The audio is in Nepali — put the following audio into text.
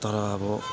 तर अब